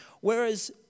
Whereas